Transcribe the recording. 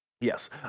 Yes